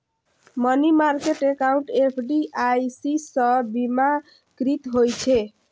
money market account FDIC सं बीमाकृत होइ छै